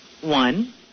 One